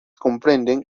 comprenden